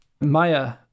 Maya